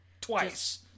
Twice